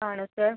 ആണോ സർ